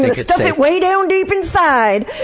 stuff it way down deep inside!